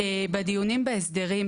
בדיונים בהסדרים,